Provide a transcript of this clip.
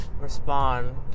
respond